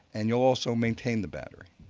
and you also maintain the battery,